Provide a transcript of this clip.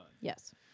Yes